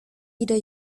wieder